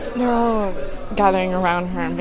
they're all gathering around her and but